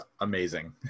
amazing